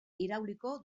irauliko